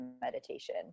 meditation